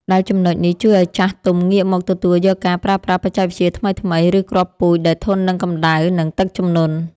ដែលចំណុចនេះជួយឱ្យចាស់ទុំងាកមកទទួលយកការប្រើប្រាស់បច្ចេកវិទ្យាថ្មីៗ ឬគ្រាប់ពូជដែលធន់នឹងកម្តៅ និងទឹកជំនន់។